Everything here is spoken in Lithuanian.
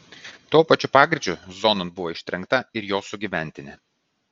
tuo pačiu pagreičiu zonon buvo ištrenkta ir jo sugyventinė